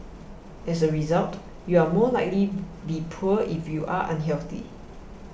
as a result you are more likely be poor if you are unhealthy